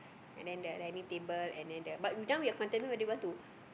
and then the dining table and then the but now we are contemplating whether we want to